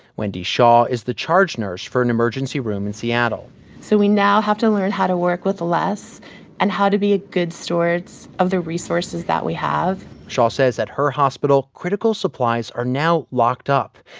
wendy shaw is the charge nurse for an emergency room in seattle so we now have to learn how to work with less and how to be ah good stewards of the resources that we have shaw says at her hospital, critical supplies are now locked up,